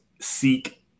seek